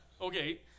Okay